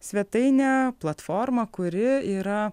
svetainė platforma kuri yra